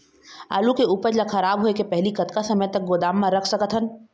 आलू के उपज ला खराब होय के पहली कतका समय तक गोदाम म रख सकत हन?